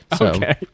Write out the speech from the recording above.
Okay